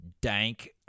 dank